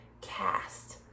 cast